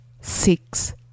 six